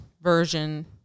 version